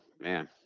man